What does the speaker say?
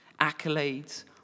Accolades